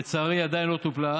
לצערי, היא עדיין לא טופלה.